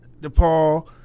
DePaul